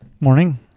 Morning